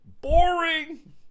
Boring